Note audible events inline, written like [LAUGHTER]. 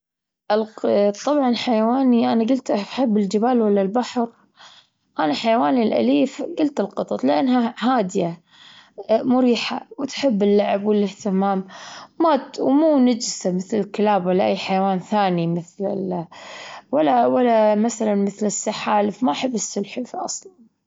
الق- طبعًا حيواني، أنا جلت أحب الجبال ولا البحر؟ أنا حيواني الأليف جلت القطط لأنها ها- هادية مريحة وتحب اللعب والاهتمام، [HESITATION] ومو نجسة مثل الكلاب ولا أي حيوان ثاني مثل ال- ولا ولا مثلا مثل السحالف، ما أحب السلحفاة أصلًا.